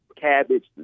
cabbage